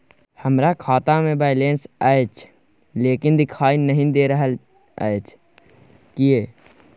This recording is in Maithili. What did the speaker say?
हमरा खाता में बैलेंस अएछ लेकिन देखाई नय दे रहल अएछ, किये?